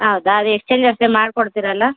ಹೌದ ಅದು ಎಕ್ಸ್ಚೇಂಜ್ ಅಷ್ಟೇ ಮಾಡ್ಕೊಡ್ತೀರಲ್ಲಾ